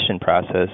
process